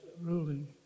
ruling